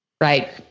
Right